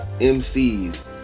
MCs